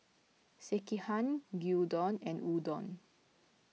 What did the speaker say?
Sekihan Gyudon and Udon